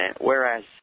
whereas